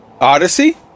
Odyssey